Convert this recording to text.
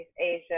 asia